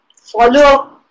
follow